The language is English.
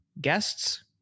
guests